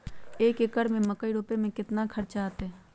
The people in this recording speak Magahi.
एक एकर में मकई रोपे में कितना खर्च अतै?